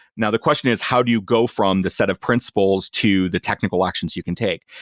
now, the question is how do you go from the set of principles to the technical actions you can take?